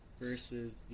versus